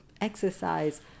exercise